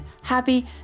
happy